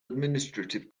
administrative